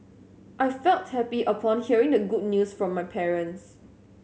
I felt happy upon hearing the good news from my parents